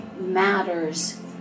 matters